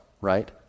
right